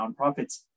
nonprofits